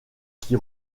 qui